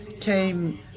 came